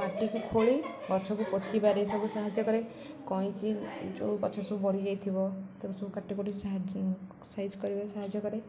ମାଟିକୁ ଖୋଳି ଗଛକୁ ପୋତିବାରେ ଏସବୁ ସାହାଯ୍ୟ କରେ କଇଁଚି ଯେଉଁ ଗଛ ସବୁ ବଢ଼ିଯାଇଥିବ ତାକୁ ସବୁ କାଟି କୁଟି ସାହାଯ୍ୟ ସାଇଜ କରିବାରେ ସାହାଯ୍ୟ କରେ